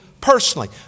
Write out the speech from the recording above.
personally